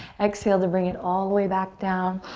exhale to bring it all the way back down.